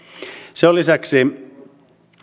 se on lisäksi